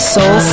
Soul